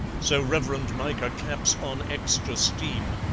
so reverend micah claps on extra steam,